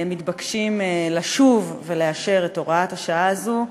מתבקשים לשוב ולאשר את הוראת השעה הזו.